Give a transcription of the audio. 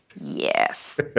Yes